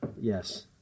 yes